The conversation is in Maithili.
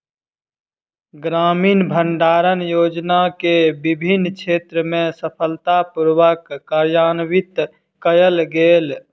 ग्रामीण भण्डारण योजना के विभिन्न क्षेत्र में सफलता पूर्वक कार्यान्वित कयल गेल